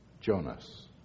Jonas